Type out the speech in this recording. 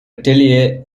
tellier